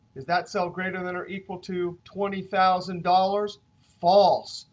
is that cell greater than or equal to twenty thousand dollars? false,